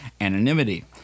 anonymity